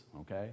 okay